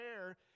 air